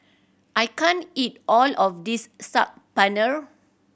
I can't eat all of this Saag Paneer